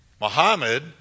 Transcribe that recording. Muhammad